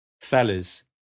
fellas